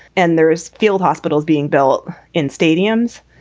and there is field hospitals being built in stadiums.